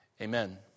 Amen